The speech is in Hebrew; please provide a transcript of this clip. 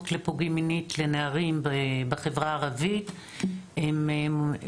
לפוגעים מינית לנערים בחברה הערבית נעשות,